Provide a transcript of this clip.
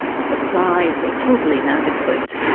supplies were totally inadequate.